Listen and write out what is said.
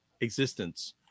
existence